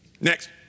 Next